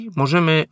możemy